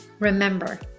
Remember